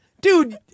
Dude